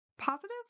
Positive